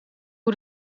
hoe